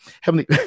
Heavenly